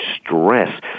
stress